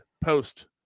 post